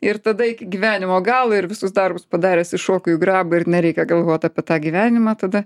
ir tada iki gyvenimo galo ir visus darbus padaręs įšoku į grabą ir nereikia galvoti apie tą gyvenimą tada